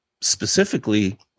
specifically